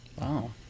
Wow